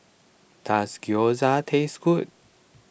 does Gyoza taste good